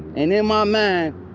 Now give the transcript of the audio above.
and in my mind,